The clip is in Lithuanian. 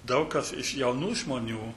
daug kas iš jaunų žmonių